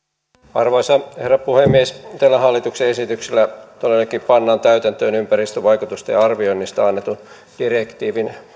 arvoisa herra puhemies tällä hallituksen esityksellä todellakin pannaan täytäntöön ympäristövaikutusten arvioinnista annetun direktiivin